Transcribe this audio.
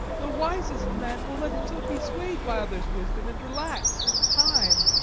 the wisest man will let himself be swayed by others' wisdom and relax in time.